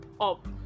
up